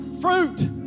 fruit